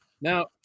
Now